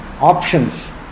options